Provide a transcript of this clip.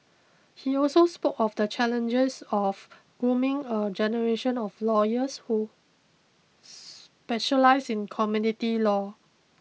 he also spoke of the challenges of grooming a generation of lawyers who specialise in community law